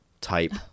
type